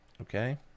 Okay